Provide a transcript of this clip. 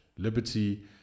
Liberty